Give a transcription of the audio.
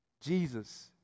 Jesus